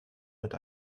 mit